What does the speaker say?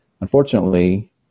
Unfortunately